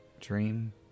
dream